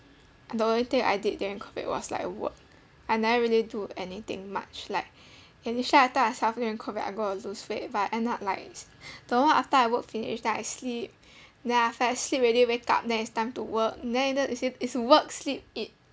the only thing I did during COVID was like work I never really do anything much like initially I thought I self during COVID I going to lose weight but end up like the moment after I work finish then I sleep then after that I sleep already wake up then is time to work then either is is work sleep eat